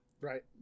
Right